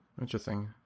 Interesting